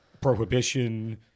Prohibition